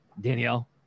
Danielle